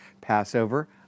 Passover